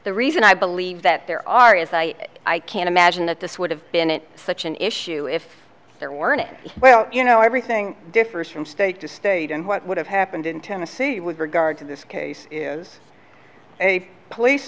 the reason i believe that there are as i i can't imagine that this would have been it such an issue if they're warning well you know everything differs from state to state and what would have happened in tennessee with regard to this case is a police